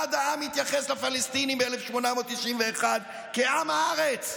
אחד העם מתייחס לפלסטינים ב-1891 כעם הארץ,